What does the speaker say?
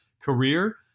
career